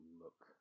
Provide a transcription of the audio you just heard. look